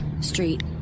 Street